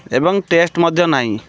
ଏବଂ ଟେଷ୍ଟ୍ ମଧ୍ୟ ନାହିଁ